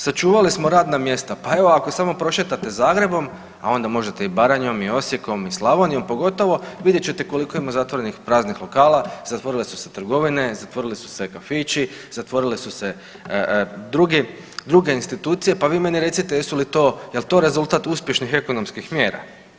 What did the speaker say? Sačuvali smo radna mjesta, pa evo ako samo prošetate Zagrebom, a onda možete i Baranjom i Osijekom i Slavonijom, pogotovo vidjet ćete koliko ima zatvorenih praznih lokala, zatvorile su se trgovine, zatvorili su se kafići, zatvorile su se druge institucije, pa vi meni recite jesu li to, jel to rezultat uspješnih ekonomskih mjera?